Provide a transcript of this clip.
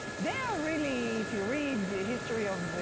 there are really, if you read the history of